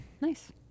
Nice